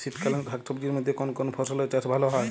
শীতকালীন শাকসবজির মধ্যে কোন কোন ফসলের চাষ ভালো হয়?